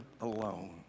alone